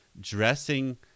dressing